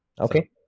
okay